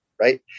Right